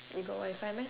you got wifi meh